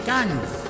Guns